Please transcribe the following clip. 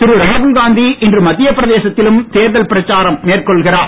திரு ராகுல்காந்தி இன்று மத்திய பிரதேசத்திலும் தேர்தல் பிரச்சாரம் மேற்கொள்கிறார்